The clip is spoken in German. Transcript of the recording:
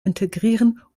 integrieren